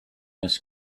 mrs